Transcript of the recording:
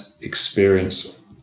experience